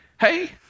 Hey